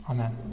Amen